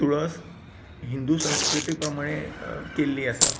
तूळस हिंदू संस्कृती प्रमाण केल्ली आसा